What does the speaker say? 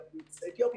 גם ביוצאי אתיופיה,